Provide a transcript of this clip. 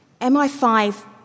MI5